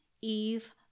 Eve